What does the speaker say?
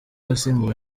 asimbuwe